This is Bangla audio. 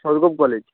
সদগোপ কলেজ